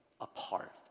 apart